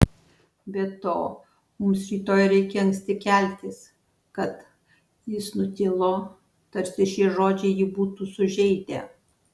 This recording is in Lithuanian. be to mums rytoj reikia anksti keltis kad jis nutilo tarsi šie žodžiai jį būtų sužeidę